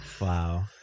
Wow